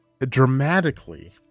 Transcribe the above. dramatically